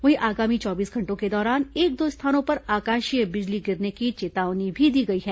वहीं आगामी चौबीस घंटों के दौरान एक दो स्थानों पर आकाशीय बिजली गिरने की चेतावनी भी दी गई है